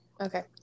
Okay